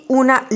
una